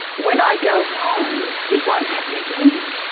when i go home it won't happen again.